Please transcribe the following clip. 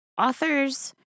authors